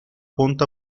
punto